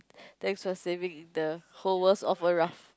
thanks for saving the whole world's offer raft